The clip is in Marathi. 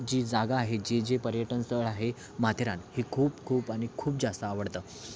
जी जागा आहे जी जे पर्यटन स्थळ आहे माथेरान हे खूप खूप आणि खूप जास्त आवडतं